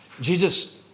Jesus